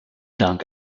dank